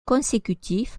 consécutif